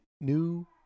new